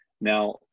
Now